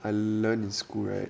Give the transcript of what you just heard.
I learned in school right